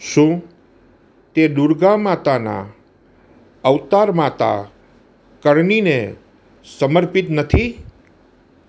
શું તે દુર્ગા માતાનાં અવતાર માતા કરણીને સમર્પિત નથી